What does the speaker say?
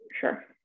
Sure